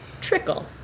trickle